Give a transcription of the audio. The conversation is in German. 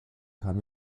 kann